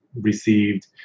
received